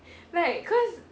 like cause